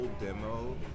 demo